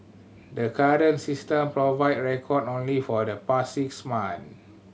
the current system provide record only for the past six months